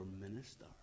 minister